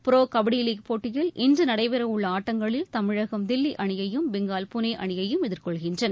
bro kabaddi league போட்டியில் இன்று நடைபெறவுள்ள ஆட்டங்களில் தமிழகம் தில்லி அணியையும் பெங்கால் புனே அணியையும் எதிர்கொள்கின்றன